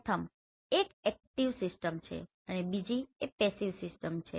પ્રથમ એક active system છે અને બીજી એ પેસીવ સિસ્ટમ છે